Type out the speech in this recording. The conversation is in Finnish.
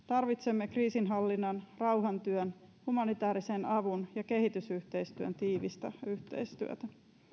tarvitsemme kriisinhallinnan rauhantyön humanitäärisen avun ja kehitysyhteistyön tiivistä yhteistyötä